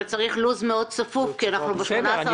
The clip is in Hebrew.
צריך לו"ז מאוד צפוף כי אנחנו ב-18.11.